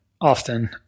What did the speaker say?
often